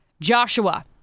Joshua